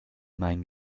meinen